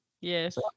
Yes